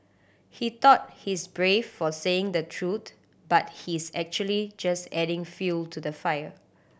he thought he's brave for saying the truth but he's actually just adding fuel to the fire